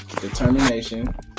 determination